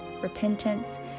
repentance